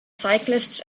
cyclists